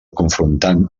confrontant